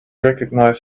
recognize